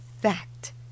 fact